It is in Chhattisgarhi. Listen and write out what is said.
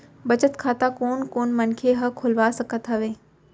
बचत खाता कोन कोन मनखे ह खोलवा सकत हवे?